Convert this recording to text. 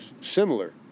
similar